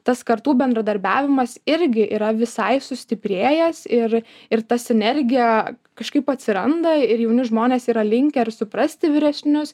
tas kartų bendradarbiavimas irgi yra visai sustiprėjęs ir ir ta sinergija kažkaip atsiranda ir jauni žmonės yra linkę suprasti vyresnius